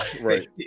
right